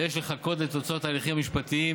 ויש לחכות לתוצאות ההליכים המשפטיים